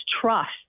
trust